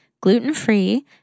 gluten-free